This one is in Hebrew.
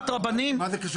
מה זה קשור?